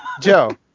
Joe